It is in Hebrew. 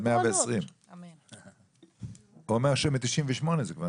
עד 120. הוא אומר שזה נמשך כבר מ-1998.